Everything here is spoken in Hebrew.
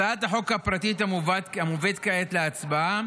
הצעת החוק הפרטית המובאת כעת להצבעה